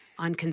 On